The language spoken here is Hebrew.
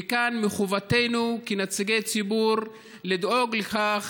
וכאן מחובתנו כנציגי ציבור לדאוג לכך